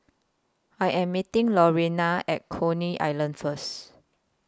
I Am meeting Lurena At Coney Island First